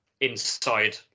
inside